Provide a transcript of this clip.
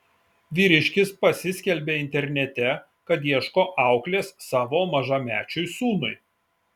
vyriškis pasiskelbė internete kad ieško auklės savo mažamečiui sūnui